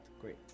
Great